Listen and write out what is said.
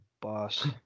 boss